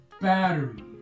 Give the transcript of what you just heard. battery